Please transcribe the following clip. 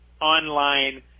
online